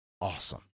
awesome